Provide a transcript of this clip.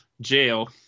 jail